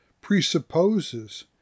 presupposes